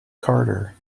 carter